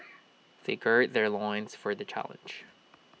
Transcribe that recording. they gird their loins for the challenge